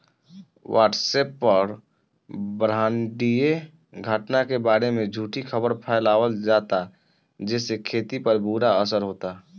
WhatsApp पर ब्रह्माण्डीय घटना के बारे में झूठी खबर फैलावल जाता जेसे खेती पर बुरा असर होता